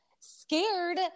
Scared